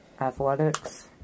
Athletics